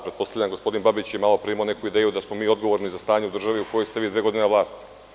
Pretpostavljam da je gospodi Babić malopre imao neku ideju da smi mi odgovorni za stanje u državi u kojoj ste vi dve godine na vlasti.